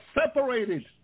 separated